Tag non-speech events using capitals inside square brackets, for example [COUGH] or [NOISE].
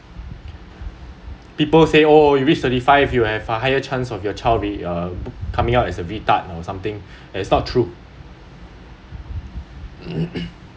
people say oh you reach thirty five you have higher chance of your child re~ uh coming out is a retard or something it's not true [COUGHS]